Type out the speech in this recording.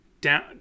down